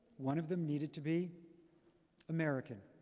one of them needed to be american.